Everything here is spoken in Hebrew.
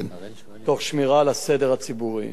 תוך שמירה על הסדר הציבורי.